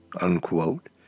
unquote